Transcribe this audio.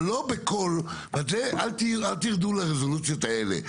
אל תרדו לרזולוציות האלה.